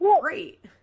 great